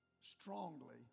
strongly